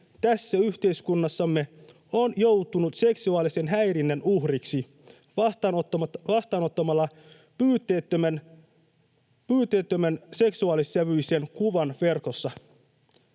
tässä yhteiskunnassamme on joutunut seksuaalisen häirinnän uhriksi vastaanottamalla pyytämättään seksuaalissävyisen kuvan verkossa.